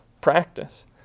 practice